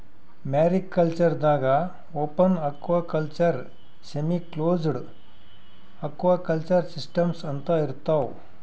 mariculture ದಾಗಾ open aquaculture, semi closed aquaculture systems ಅಂತಾ ಇರ್ತವ್